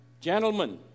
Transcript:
gentlemen